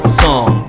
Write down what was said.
song